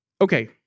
Okay